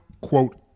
quote